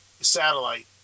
satellite